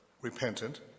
repentant